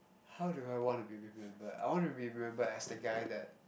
how do I wanna be remembered I wanna be remembered as the guy that